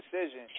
decision